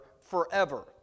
forever